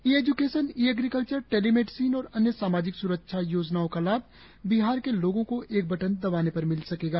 ई education e agriculture telemedicine और अन्य सामाजिक स्रक्षा योजनाओं का लाभ बिहार के लोगों को एक बटन दबाने पर मिल सकेंगा